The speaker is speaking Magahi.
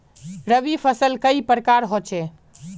रवि फसल कई प्रकार होचे?